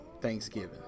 Thanksgiving